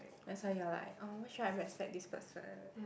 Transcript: that's why you're like oh why should I respect this person